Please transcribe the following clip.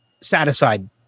satisfied